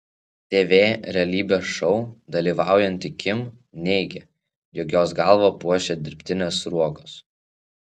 tv realybės šou dalyvaujanti kim neigia jog jos galvą puošia dirbtinės sruogos